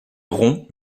rompt